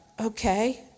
okay